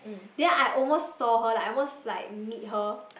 then I almost saw her like I almost like meet her